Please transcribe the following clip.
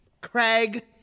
Craig